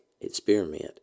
experiment